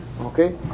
Okay